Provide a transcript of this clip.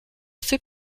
fait